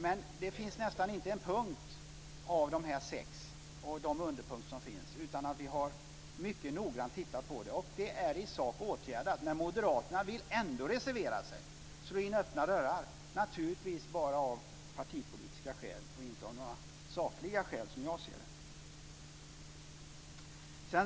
Men det är nog inte någon av de sex punkter och underpunkter som finns som vi inte mycket noga har tittat på, så det är i sak åtgärdat. Ändå vill moderaterna reservera sig och slå in öppna dörrar - naturligtvis bara av partipolitiska skäl, inte av sakskäl som jag ser det.